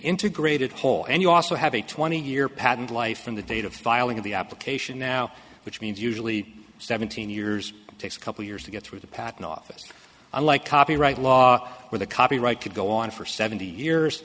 integrated whole and you also have a twenty year patent life from the date of the filing of the application now which means usually seventeen years takes a couple years to get through the patent office unlike copyright law where the copyright could go on for seventy years